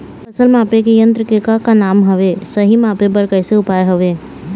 फसल मापे के यन्त्र के का नाम हवे, सही मापे बार कैसे उपाय हवे?